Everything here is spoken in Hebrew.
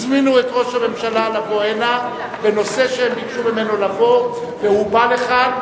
הזמינו את ראש הממשלה לבוא הנה בנושא שהם ביקשו ממנו לבוא והוא בא לכאן.